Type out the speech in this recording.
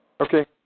Okay